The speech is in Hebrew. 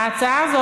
ההצעה הזאת,